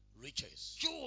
Riches